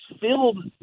filled